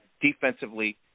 Defensively